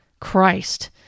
Christ